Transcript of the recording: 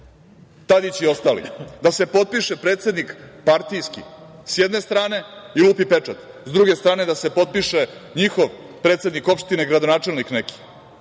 Tadić i ostali, da se potpiše predsednik partijski s jedne strane i lupi pečat, s druge strane da se potpiše njihov predsednik opštine, gradonačelnik neki